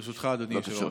ברשותך, אדוני היושב-ראש.